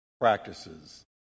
practices